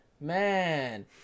man